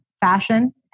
fashion